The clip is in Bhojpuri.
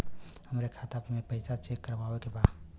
हमरे खाता मे पैसा चेक करवावे के बा?